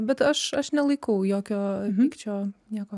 bet aš aš nelaikau jokio pykčio nieko